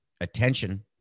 attention